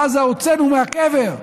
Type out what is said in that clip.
הוצאנו מהקבר,